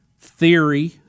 theory –